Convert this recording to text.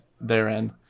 therein